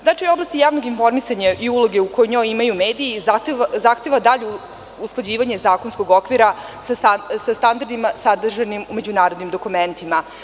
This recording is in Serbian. Znači, oblasti javnog informisanja i uloge u kojoj imaju mediji zahteva dalju usklađivanje zakonskog okvira sa standardima sadržanim u međunarodnim dokumentima.